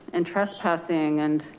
and trespassing. and,